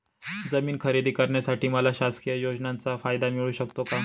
जमीन खरेदी करण्यासाठी मला शासकीय योजनेचा फायदा मिळू शकतो का?